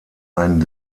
ein